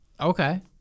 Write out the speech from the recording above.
Okay